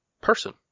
person